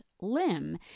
limb